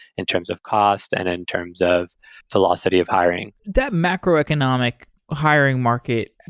in terms of cost and in terms of velocity of hiring. that macroeconomic hiring market,